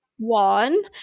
one